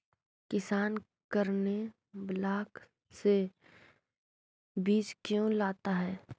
किसान करने ब्लाक से बीज क्यों लाता है?